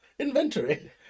Inventory